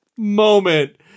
moment